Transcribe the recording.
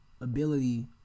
ability